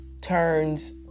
turns